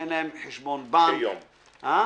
שאין להם חשבון בנק.